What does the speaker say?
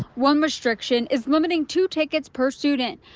one restriction is limiting two tickets per student.